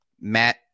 Matt